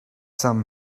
some